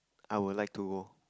I will like to go